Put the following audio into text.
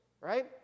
right